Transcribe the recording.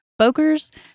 Bokers